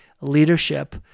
leadership